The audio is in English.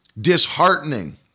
disheartening